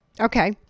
Okay